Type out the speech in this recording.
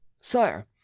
Sire